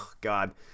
god